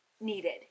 Needed